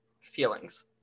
feelings